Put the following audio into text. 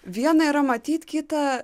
viena yra matyt kita